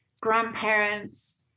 grandparents